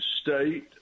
state